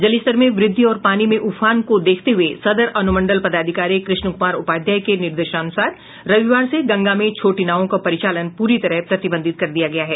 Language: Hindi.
जलस्तर में व्रद्धि और पानी में उफान को देखते हुये सदर अनुमंडल पदाधिकारी कृष्ण कुमार उपाध्याय के निर्देशानुसार रविवार से गंगा में छोटी नावों का परिचालन प्री तरह प्रतिबंधित कर दिया गया है